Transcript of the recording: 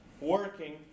working